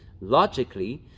Logically